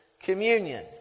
communion